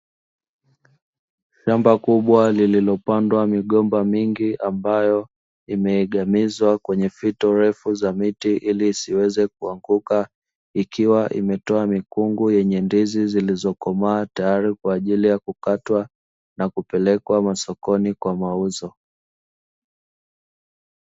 Shamba kubwa lililopandwa migomba mingi ambayo imeegemizwa kwenye fito ndefu za miti ili isiweze kuanguka, ikiwa imetoa mikungu yenye ndizi zilizokomaa tayari kwa ajili ya kukatwa na kupelekwa masokoni kwa mauzo.